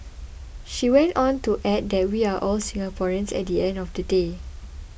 she went on to add that we are all Singaporeans at the end of the day